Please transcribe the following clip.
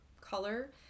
color